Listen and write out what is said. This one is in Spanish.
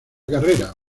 carrera